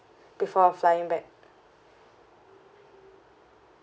before flying back